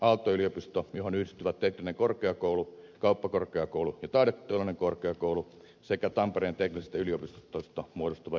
aalto yliopisto johon yhdistyvät teknillinen korkeakoulu kauppakorkeakoulu ja taideteollinen korkeakoulu sekä tampereen teknillisestä yliopistosta muodostuva yksikkö